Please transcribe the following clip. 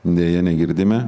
deja negirdime